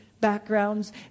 backgrounds